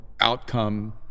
outcome